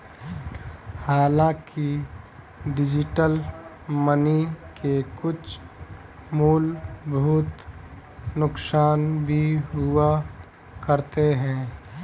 हांलाकि digital money के कुछ मूलभूत नुकसान भी हुआ करते हैं